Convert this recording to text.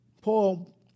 Paul